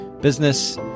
business